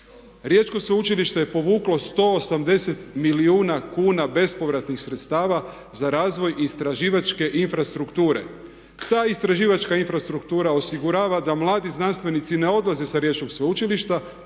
Riječko sveučilište je povuklo 180 milijuna kuna bespovratnih sredstava za razvoj istraživačke infrastrukture. Ta istraživačka infrastruktura osigurava da mladi znanstvenici ne odlaze sa Riječkog sveučilišta,